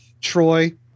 Troy